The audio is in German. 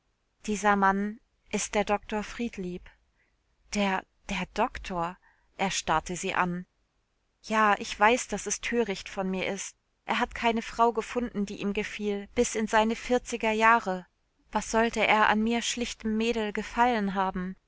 dieser mann ist der doktor friedlieb der der doktor er starrte sie an ja ich weiß daß es töricht von mir ist er hat keine frau gefunden die ihm gefiel bis in seine vierziger jahre was sollte er an mir schlichtem mädel gefallen haben